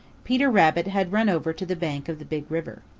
peter rabbit had run over to the bank of the big river.